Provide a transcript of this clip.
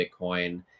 Bitcoin